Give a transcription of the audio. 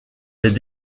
des